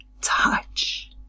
touch